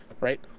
Right